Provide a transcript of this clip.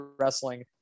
wrestling